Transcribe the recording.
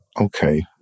okay